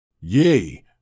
Yea